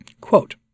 Quote